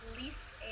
Lease